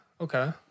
Okay